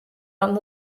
რომ